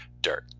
dirt